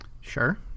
Sure